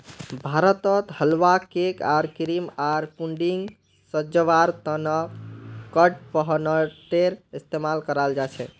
भारतत हलवा, केक आर क्रीम आर पुडिंगक सजव्वार त न कडपहनटेर इस्तमाल कराल जा छेक